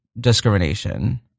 discrimination